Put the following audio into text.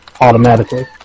automatically